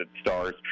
stars